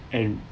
and